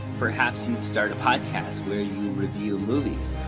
perhaps you'd start a podcast where you review movies?